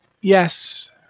yes